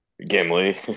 Gimli